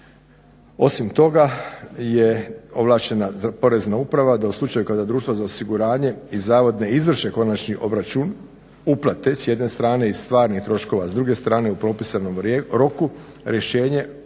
Osim toga je ovlaštena Porezna uprava da u slučaju kada društva za osiguranje i zavod ne izvrše konačni obračun uplate s jedne strane i stvarnih troškova s druge strane u propisanom roku rješenje